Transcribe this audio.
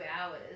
hours